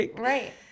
right